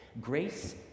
Grace